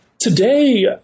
Today